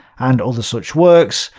and other such works,